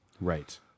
Right